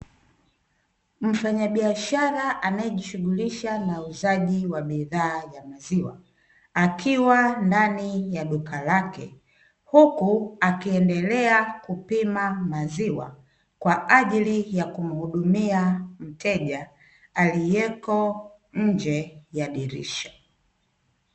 Mfanyabiashara anayejishughulisha na biashara ya uuzaji wa bidhaa ya maziwa, akiwa ndani ya duka lake huku akiendelea kupima maziwa kwa ajili ya kumuhudumia mteja aliyeko nje ya dirisha.